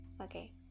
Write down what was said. Okay